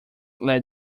led